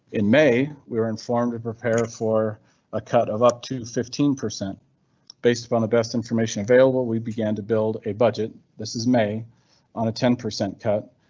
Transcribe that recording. in may, we were informed to prepare for a cut of up to fifteen percent based on the best information available we began to build a budget. this is may on a ten percent cut,